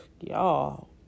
y'all